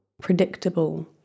predictable